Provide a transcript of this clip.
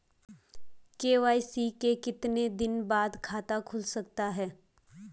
KYC के कितने दिन बाद खाता खुल सकता है?